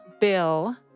Bill